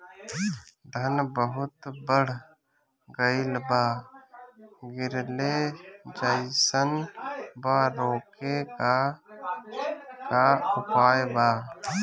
धान बहुत बढ़ गईल बा गिरले जईसन बा रोके क का उपाय बा?